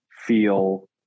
feel